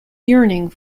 yearning